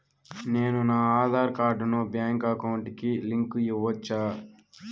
నేను నా ఆధార్ కార్డును బ్యాంకు అకౌంట్ కి లింకు ఇవ్వొచ్చా?